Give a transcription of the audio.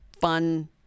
fun